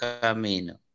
camino